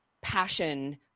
passion